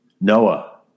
Noah